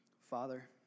Father